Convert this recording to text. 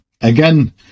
again